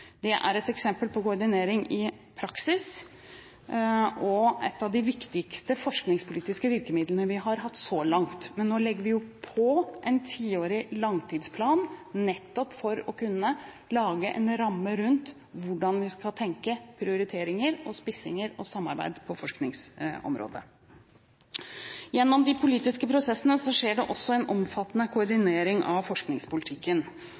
Det er et eksempel på koordinering i praksis og er et av de viktigste forskningspolitiske virkemidlene vi har hatt så langt. Men nå legger vi jo på en tiårig langtidsplan, nettopp for å kunne lage en ramme rundt hvordan vi skal tenke prioriteringer, spissinger og samarbeid på forskningsområdet. Gjennom de politiske prosessene skjer det også en omfattende koordinering av forskningspolitikken.